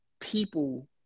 people